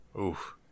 Oof